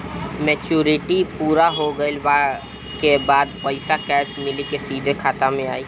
Maturity पूरा हो गइला के बाद पईसा कैश मिली की सीधे खाता में आई?